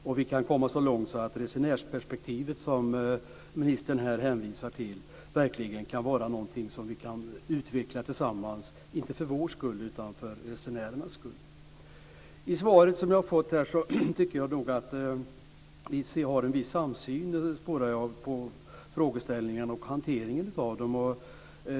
Tillsammans kan vi utveckla resenärsperspektivet, som ministern hänvisar till, inte för vår skull utan för resenärernas skull. I det svar som jag har fått kan jag spåra en viss samsyn när det gäller frågeställningarna och hanteringen av dem.